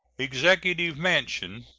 executive mansion,